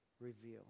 reveal